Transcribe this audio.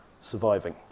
surviving